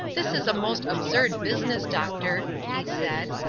this is a most absurd business, doctor, he said,